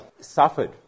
suffered